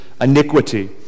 iniquity